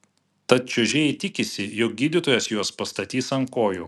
tad čiuožėjai tikisi jog gydytojas juos pastatys ant kojų